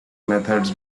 methods